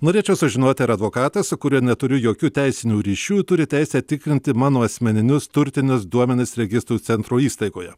norėčiau sužinoti ar advokatas su kuriuo neturiu jokių teisinių ryšių turi teisę tikrinti mano asmeninius turtinius duomenis registrų centro įstaigoje